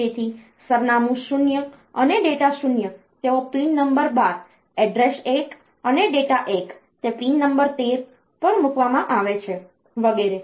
તેથી સરનામું 0 અને ડેટા 0 તેઓ પિન નંબર 12 એડ્રેસ 1 અને ડેટા 1 તે પિન નંબર 13 પર મૂકવામાં આવે છે વગેરે